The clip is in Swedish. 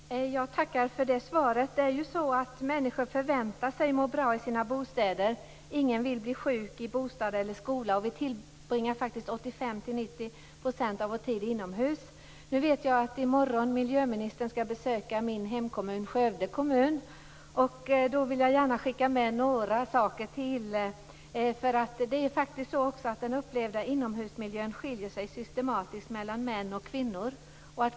Herr talman! Jag tackar för det svaret. Det är ju så att människor förväntar sig att må bra i sina bostäder. Ingen vill bli sjuk i bostad eller skola, och vi tillbringar faktiskt 85-90 % av vår tid inomhus. Nu vet jag att miljöministern i morgon skall besöka min hemkommun, Skövde kommun, och då vill jag gärna skicka med några saker till. Det är faktiskt så att den upplevda inomhusmiljön skiljer sig systematiskt mellan män och kvinnor.